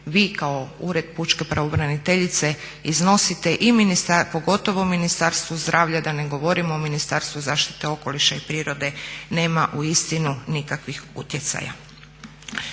vi kao Ured pučke pravobraniteljice iznosite pogotovo Ministarstvo zdravlja, da ne govorimo o Ministarstvu zaštite okoliša i prirode nema uistinu nikakvih utjecaja.